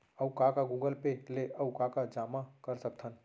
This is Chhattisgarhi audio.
अऊ का का गूगल पे ले अऊ का का जामा कर सकथन?